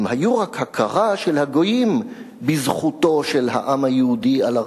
הם היו רק הכרה של הגויים בזכותו של העם היהודי על ארצו.